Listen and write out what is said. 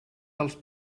dels